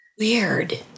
weird